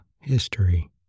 History